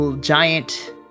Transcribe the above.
giant